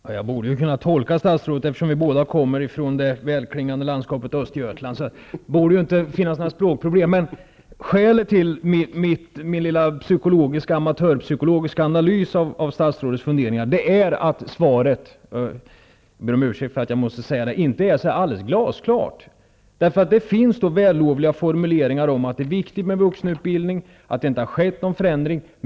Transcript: Herr talman! Jag borde kunna tolka vad statsrådet säger. Vi kommer ju båda från det landskap som har det välklingande namnet Östergötland. Det borde således inte finnas några språkliga problem. Skälet till min lilla amatörmässiga psykologiska analys av statsrådets funderingar är att svaret -- jag ber om ursäkt för att jag måste säga det -- inte är alldeles glasklart. Det finns vällovliga formuleringar om att det är viktigt med vuxenutbildning och att det inte har skett någon förändring.